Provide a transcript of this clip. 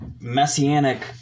messianic